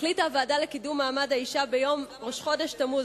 החליטה הוועדה לקידום מעמד האשה ביום ראש חודש תמוז,